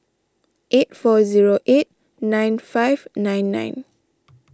eight four zero eight nine five nine nine